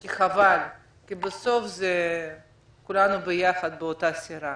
כי בסוף זה כולנו ביחד באותה סירה.